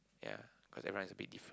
yeah cause everyone is a bit different so